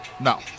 No